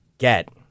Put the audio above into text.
get